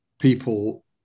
people